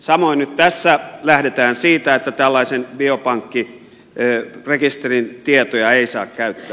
samoin nyt tässä lähdetään siitä että tällaisen biopankkirekisterin tietoja ei saa käyttää